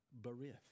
Barith